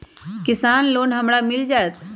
किसान लोन हमरा मिल जायत?